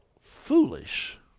foolish